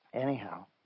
Anyhow